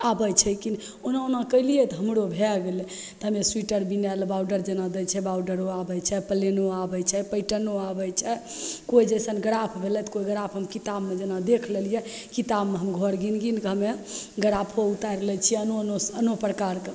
आबै छै कि नहि ओना ओना कएलिए तऽ हमरो भै गेलै तऽ हमे सोइटर बिनैले बॉडर जेना दै छै बॉडरो आबै छै आओर प्लेनो आबै छै पैटर्नो आबै छै कोइ जइसन ग्राफ भेलै तऽ कोइ ग्राफ हम किताबमे जेना देख लेलिए किताबमे हम घर गिन गिनके हमे ग्राफो उतारि लै छिए आनो आनो आनो प्रकारके